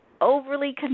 overly